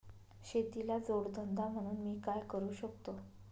शेतीला जोड धंदा म्हणून मी काय करु शकतो?